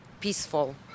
peaceful